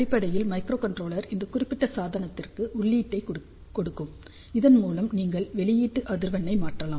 அடிப்படையில் மைக்ரோகண்ட்ரோலர் இந்த குறிப்பிட்ட சாதனத்திற்கு உள்ளீட்டைக் கொடுக்கும் இதன் மூலம் நீங்கள் வெளியீட்டு அதிர்வெண்ணை மாற்றலாம்